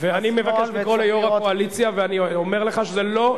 ואני מבקש לקרוא ליו"ר הקואליציה ואני אומר לך שזה לא נשמע.